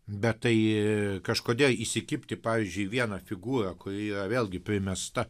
bet tai kažkodėl įsikibti pavyzdžiui į vieną figūrą kuri yra vėlgi primesta